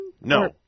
No